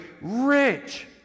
rich